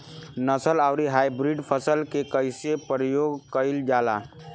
नस्ल आउर हाइब्रिड फसल के कइसे प्रयोग कइल जाला?